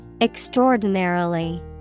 Extraordinarily